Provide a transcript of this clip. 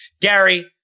Gary